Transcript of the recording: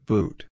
Boot